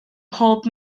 mhob